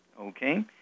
Okay